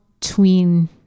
tween